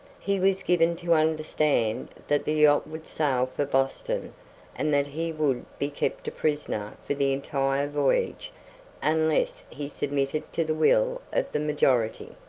he was given to understand that the yacht would sail for boston and that he would be kept a prisoner for the entire voyage unless he submitted to the will of the majority.